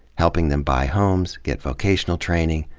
helping them buy homes, get vocational training,